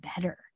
better